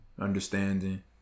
understanding